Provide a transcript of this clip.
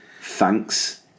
thanks